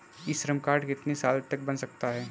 ई Shram card कितने साल तक बन सकता है?